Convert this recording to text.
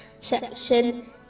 section